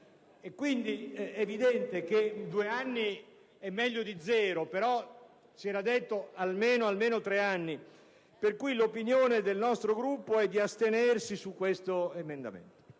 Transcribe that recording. È evidente che due anni sono meglio di zero, però si era parlato di almeno tre anni. L'opinione del nostro Gruppo è di astenersi su questo emendamento.